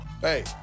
hey